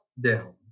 down